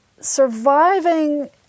surviving